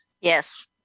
Yes